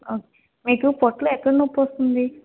మీకు పొట్టలో ఎక్కడ నొప్పి వస్తుంది